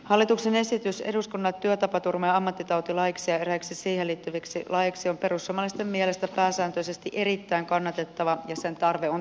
hallituksen esitys eduskunnalle työtapaturma ja ammattitautilaiksi ja eräiksi siihen liittyviksi laeiksi on perussuomalaisten mielestä pääsääntöisesti erittäin kannatettava ja sen tarve on todella merkittävä